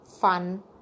fun